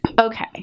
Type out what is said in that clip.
Okay